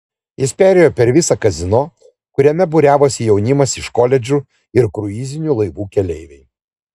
jis perėjo per visą kazino kuriame būriavosi jaunimas iš koledžų ir kruizinių laivų keleiviai